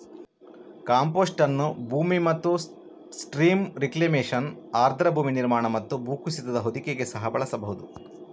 compost ಅನ್ನು ಭೂಮಿ ಮತ್ತು ಸ್ಟ್ರೀಮ್ ರಿಕ್ಲೇಮೇಶನ್, ಆರ್ದ್ರ ಭೂಮಿ ನಿರ್ಮಾಣ ಮತ್ತು ಭೂಕುಸಿತದ ಹೊದಿಕೆಗೆ ಸಹ ಬಳಸಬಹುದು